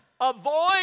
Avoid